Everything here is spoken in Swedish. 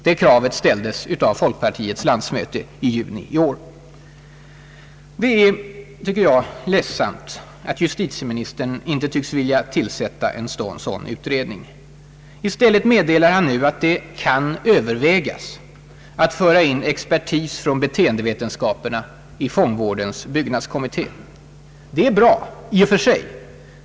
Det kravet ställdes av folkpartiets landsmöte i juni i år. Det är, tycker jag, ledsamt att justitieministern inte tycks vilja tillsätta en sådan utredning. I stället meddelar han nu att »det kan övervägas» att föra in expertis från beteendevetenskaperna i fångvårdens byggnadskommitté. Det är bra i och för sig.